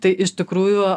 tai iš tikrųjų